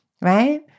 Right